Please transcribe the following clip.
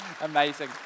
Amazing